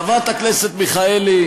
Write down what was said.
חברת הכנסת מיכאלי,